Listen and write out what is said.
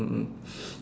mm mm